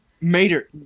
Mater